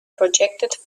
projected